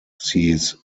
sees